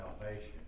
salvation